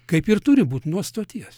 kaip ir turi būt nuo stoties